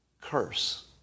curse